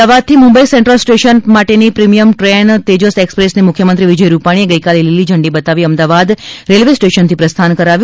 અમદાવાદથી Mumbai central station માટેની premium train Tejas એક્સપ્રેસને મુખ્યમંત્રી વિજય રૂપાણીએ ગઇકાલે લીલી ઝંડી બતાવી અમદાવાદ રેલ્વે સ્ટેશનથી પ્રસ્થાન કરાવ્યું